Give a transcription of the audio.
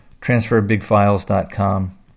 transferbigfiles.com